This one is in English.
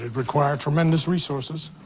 and require tremendous resources.